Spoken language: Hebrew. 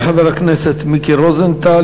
תודה לחבר הכנסת מיקי רוזנטל.